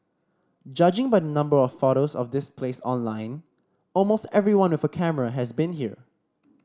judging by the number of photos of this place online almost everyone with a camera has been here